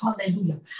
Hallelujah